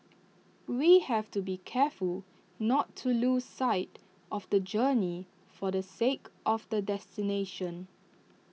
we have to be careful not to lose sight of the journey for the sake of the destination